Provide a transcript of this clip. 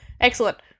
Excellent